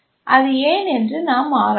அது ஏன் என்று நாம் ஆராய்ந்தோம்